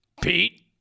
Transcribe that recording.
Pete